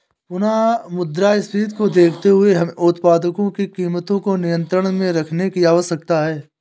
पुनः मुद्रास्फीति को देखते हुए हमें उत्पादों की कीमतों को नियंत्रण में रखने की आवश्यकता है